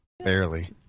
Barely